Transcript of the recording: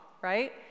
right